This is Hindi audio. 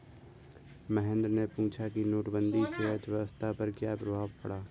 महेंद्र ने पूछा कि नोटबंदी से अर्थव्यवस्था पर क्या प्रभाव पड़ा